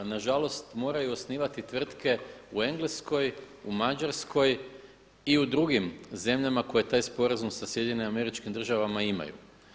A nažalost moraju osnivati tvrtke u Engleskoj, u Mađarskoj i u drugim zemljama koje taj sporazum sa SAD-om imaju.